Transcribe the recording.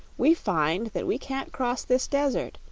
we find that we can't cross this desert,